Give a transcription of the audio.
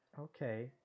Okay